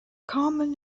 carmen